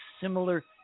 similar